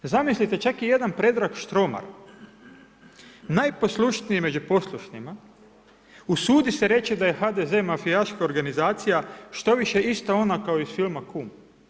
Zamislite, čak i jedan Predrag Štromar, najposlušniji među poslušnima, usudi se reći da je HDZ mafijaška organizacija, štoviše ista ona kao iz filma Kum.